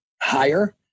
higher